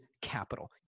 capital